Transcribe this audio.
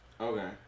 Okay